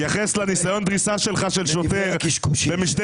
תתייחס לניסיון הדריסה שלך של שוטר במשטרת